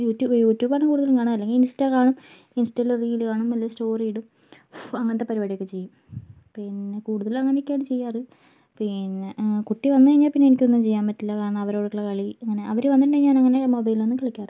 YouTube യൂട്യൂബാണ് കൂടുതലും കാണാറ് അല്ലെങ്കിൽ ഇൻസ്റ്റാ കാണും ഇൻസ്റ്റേയിൽ റീല് കാണും അല്ലേല് സ്റ്റോറി ഇടും അങ്ങനത്തെ പരിവാടിയൊക്കെ ചെയ്യും പിന്നെ കൂടുതലും അങ്ങനെയൊക്കെയാണ് ചെയ്യാറ് പിന്നെ കുട്ടി വന്നു കഴിഞ്ഞാൽ പിന്നെ എനിക്കൊന്നും ചെയ്യാൻ പറ്റില്ല കാരണം അവരുമായിട്ടുള്ള കളി അങ്ങനെ അവരു ഞാൻ ഇങ്ങനെ മൊബൈലിലൊന്നും കളിക്കാറില്ല